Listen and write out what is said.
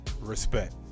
Respect